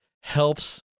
helps